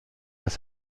das